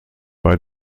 bei